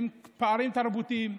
עם פערים תרבותיים,